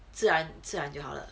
自然自然就好了